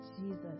Jesus